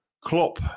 Klopp